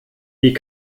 die